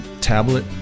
tablet